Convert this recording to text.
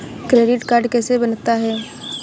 Credit card कैसे बनता है?